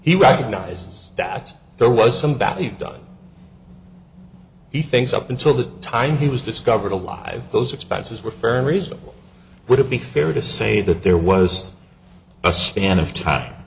he recognizes that there was some value does he thinks up until the time he was discovered alive those expenses were fair and reasonable would it be fair to say that there was a span of time